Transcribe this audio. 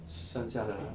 剩下的